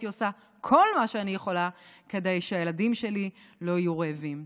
הייתי עושה כל מה שאני יכולה כדי שהילדים שלי לא יהיו רעבים.